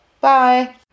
Bye